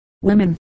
women